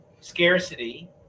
scarcity